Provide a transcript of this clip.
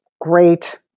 great